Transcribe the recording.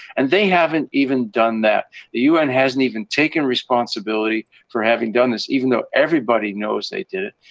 and they haven't even done that. the un hasn't even taken responsibility for having done this, even though everybody knows they did it.